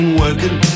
working